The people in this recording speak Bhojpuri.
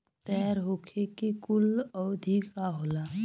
तैयार होखे के कूल अवधि का होला?